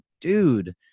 dude